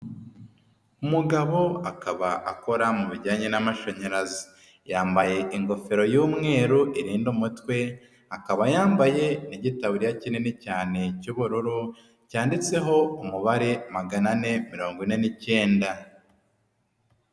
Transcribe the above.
Umugabo akaba akora mu bijyanye n'amashanyarazi, yambaye ingofero y'umweru irinda umutwe, akaba yambaye n'igitaburiya kinini cyane cy'ubururu cyanditseho umubare magana ane mirongo ine n'ikenda.